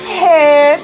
head